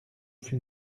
fus